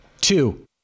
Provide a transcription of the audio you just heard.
Two